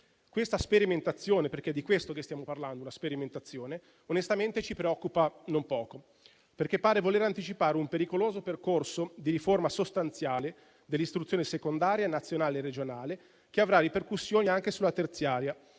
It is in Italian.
Tale sperimentazione - perché è di questo che stiamo parlando - onestamente ci preoccupa non poco, perché pare voler anticipare un pericoloso percorso di riforma sostanziale dell'istruzione secondaria, nazionale e regionale, che avrà ripercussioni anche su quella terziaria,